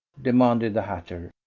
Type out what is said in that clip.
demanded the hatter.